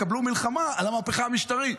יקבלו מלחמה על המהפכה המשטרתית.